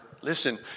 Listen